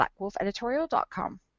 BlackWolfEditorial.com